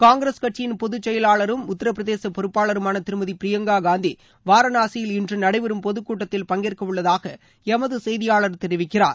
காங்கிரஸ் கட்சியின் பொது செயலாளரும் உத்தரப்பிரதேச பொறுப்பாளருமான திருமதி பிரியங்கா காந்தி வாரணாசியில் இன்று நடைபெறும் பொது கூட்டத்தில் பங்கேற்க உள்ளதாக எமது செய்தியாளர் தெரிவிக்கிறார்